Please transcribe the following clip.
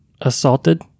assaulted